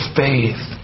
faith